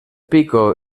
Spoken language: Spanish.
pico